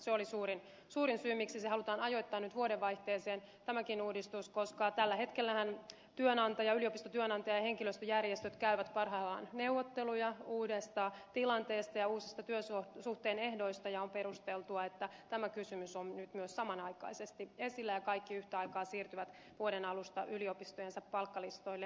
se oli suurin syy miksi halutaan ajoittaa nyt vuodenvaihteeseen tämäkin uudistus koska tällä hetkellähän yliopistotyönantaja ja henkilöstöjärjestöt käyvät parhaillaan neuvotteluja uudesta tilanteesta ja uusista työsuhteen ehdoista ja on perusteltua että tämä kysymys on nyt myös samanaikaisesti esillä ja kaikki yhtä aikaa siirtyvät vuoden alusta yliopistojensa palkkalistoille